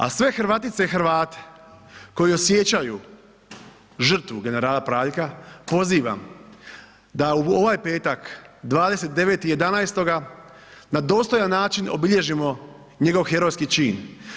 A sve Hrvatice i Hrvate koji osjećaju žrtvu generala Praljka pozivam da u ovaj petak, 29.11. na dostojan način obilježimo njegov herojski čin.